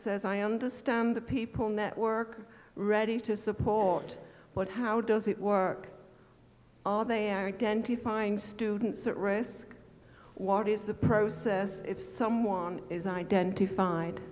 says i understand the people network ready to support but how does it work all day identi find students at risk what is the process if someone is identified